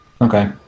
Okay